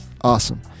Awesome